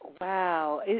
Wow